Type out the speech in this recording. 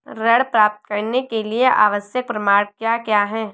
ऋण प्राप्त करने के लिए आवश्यक प्रमाण क्या क्या हैं?